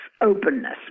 openness